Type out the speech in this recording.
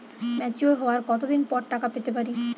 Mature হওয়ার কত দিন পর টাকা পেতে পারি?